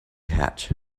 hatch